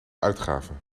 uitgave